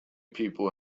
people